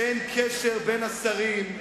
שאין קשר בין השרים,